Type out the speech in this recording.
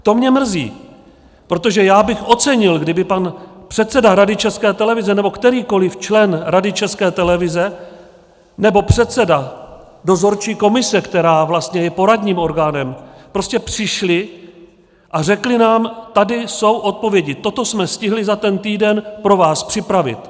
To mě mrzí, protože já bych ocenil, kdyby pan předseda Rady České televize nebo kterýkoli člen Rady České televize nebo předseda dozorčí komise, která je poradním orgánem, přišli a řekli nám: tady jsou odpovědi, toto jsme stihli za ten týden pro vás připravit.